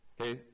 Okay